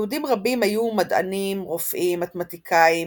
יהודים רבים היו מדענים, רופאים, מתמטיקאים,